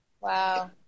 Wow